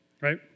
right